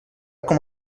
com